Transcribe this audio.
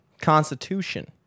Constitution